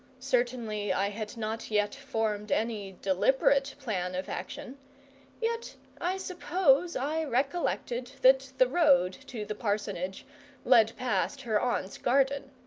certainly i had not yet formed any deliberate plan of action yet i suppose i recollected that the road to the parsonage led past her aunt's garden.